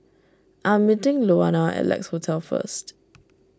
I'm meeting Louanna at Lex Hotel first